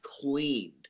cleaned